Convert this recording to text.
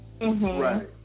Right